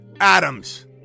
Adams